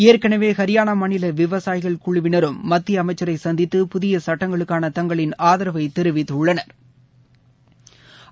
ஏற்கனவே ஹரியானா மாநில விவசாயிகள் குழுவினரும் மத்திய அமைச்சரை சந்தித்து புதிய சட்டங்களுக்கான தங்களின் ஆதரவை தெரிவித்துள்ளனா்